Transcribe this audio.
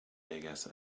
vegas